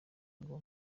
ngo